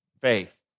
faith